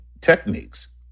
techniques